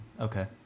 Okay